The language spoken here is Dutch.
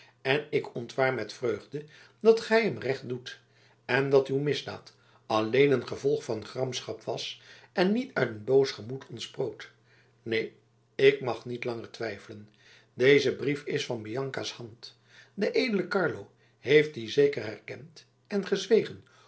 en ik ontwaar met vreugde dat gij hem recht doet en dat uw misdaad alleen een gevolg van gramschap was en niet uit een boos gemoed ontsproot neen ik mag niet langer twijfelen deze brief is van bianca's hand de edele carlo heeft die zeker herkend en gezwegen